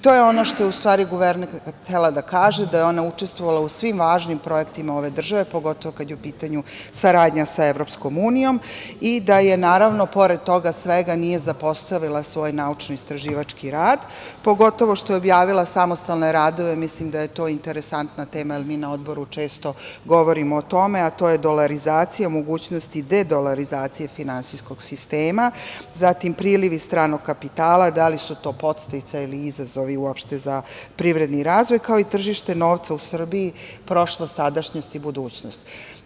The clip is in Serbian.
To je ono što je guvernerka htela da kaže, da je ona učestvovala u svim važnim projektima ove države, pogotovu kada je u pitanju saradnja sa EU i da pored toga svega nije zapostavila svoj naučno-istraživački rad, pogotovu što je objavila samostalne radove, mislim da je to interesantna tema, jer mi na Odboru često govorimo o tome, a to je dolarizacija, mogućnosti dedolarizacije finansijskog sistema, zatim prilivi stranog kapitala, da li su to podsticaji ili izazovi uopšte za privredni razvoj, ako i tržište novca u Srbiji, prošlost, sadašnjost i budućnosti.